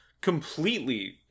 completely